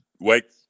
Wake